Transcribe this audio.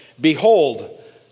Behold